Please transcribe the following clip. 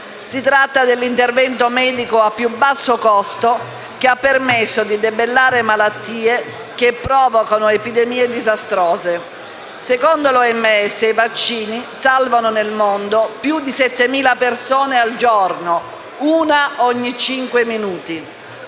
Si tratta dell'intervento medico a più basso costo che abbia permesso di debellare malattie che provocano epidemie disastrose. Secondo l'OMS, i vaccini salvano nel mondo più di 7.000 persone al giorno: una ogni cinque minuti.